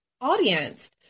audience